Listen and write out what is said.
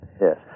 Yes